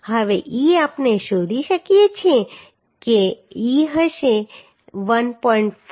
હવે e આપણે શોધી શકીએ છીએ કે e હશે 1